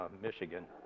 Michigan